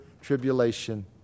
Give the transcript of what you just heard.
tribulation